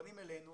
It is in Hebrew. פונים אלינו,